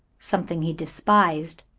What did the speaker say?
something he despised.